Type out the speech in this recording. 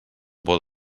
por